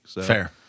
Fair